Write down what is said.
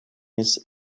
his